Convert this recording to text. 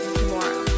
tomorrow